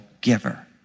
giver